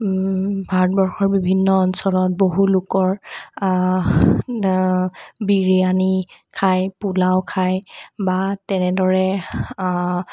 ভাৰতবৰ্ষৰ বিভিন্ন অঞ্চলত বহু লোকৰ বিৰিয়ানী খায় পোলাও খায় বা তেনেদৰে